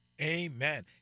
Amen